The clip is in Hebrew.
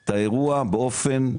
את האירוע באופן שרירותי,